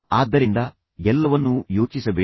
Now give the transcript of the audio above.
ಆದ್ದರಿಂದ ಎಲ್ಲವನ್ನೂ ಯೋಚಿಸಬೇಡಿ